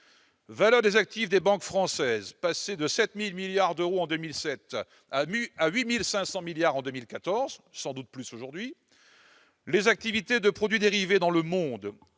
valeur des actifs des banques françaises est passée de 7 000 milliards d'euros en 2007 à 8 500 milliards d'euros en 2014, et sans doute plus aujourd'hui. Les activités de produits dérivés dans le monde